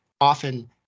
often